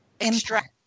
extract